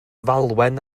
falwen